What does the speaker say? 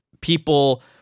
people